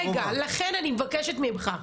לכן אני מבקשת ממך,